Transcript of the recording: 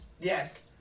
Yes